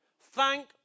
Thank